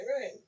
right